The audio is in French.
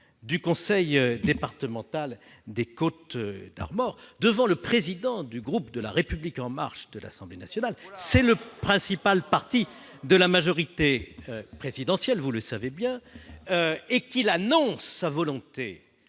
du conseil départemental des Côtes-d'Armor, devant le président du groupe La République En Marche de l'Assemblée nationale- le principal parti de la majorité présidentielle -et qu'il annonce sa volonté